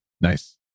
nice